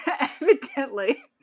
Evidently